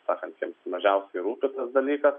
sakant jiems mažiausiai rūpi tas dalykas